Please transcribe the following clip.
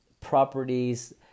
properties